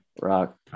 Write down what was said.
Rock